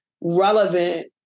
relevant